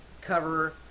cover